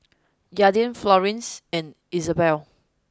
Aydin Florence and Izabella